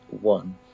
one